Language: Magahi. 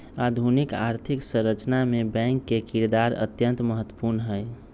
आधुनिक आर्थिक संरचना मे बैंक के किरदार अत्यंत महत्वपूर्ण हई